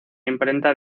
imprenta